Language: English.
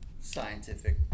scientific